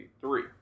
three